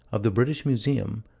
of the british museum,